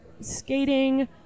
skating